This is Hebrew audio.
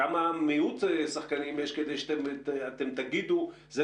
כמה מיעוט שחקנים יש כדי שאתם תגידו שזה